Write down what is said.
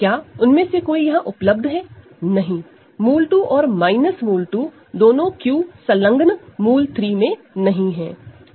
क्या उनमें से कोई यहां उपलब्ध है नहीं √2 और √2दोनों Q संलग्न √3 में नहीं है